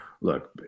look